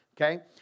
okay